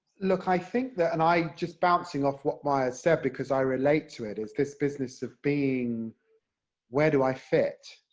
look, i think that and i, just bouncing off what maya said, because i relate to it is this business of being where do i fit?